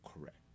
Correct